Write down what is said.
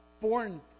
born